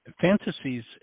fantasies